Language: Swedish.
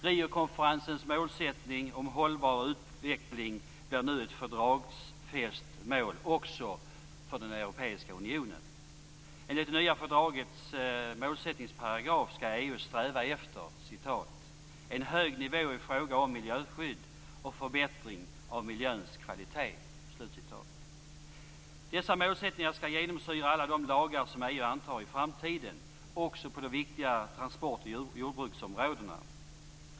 Riokonferensens målsättning om "hållbar utveckling" blir nu ett fördragsfäst mål också för den europeiska unionen. Enligt det nya fördragets målsättningsparagraf skall EU sträva efter "- en hög nivå i fråga om miljöskydd och förbättring av miljöns kvalitet." Dessa målsättningar skall genomsyra alla de lagar som EU antar i framtiden, också på de viktiga transport och jordbruksområdena.